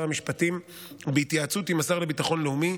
המשפטים בהתייעצות עם השר לביטחון לאומי,